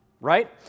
Right